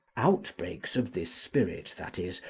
outbreaks of this spirit, that is,